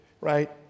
right